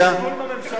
הממשלה,